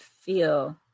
feel